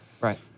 Right